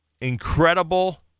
incredible